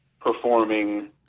performing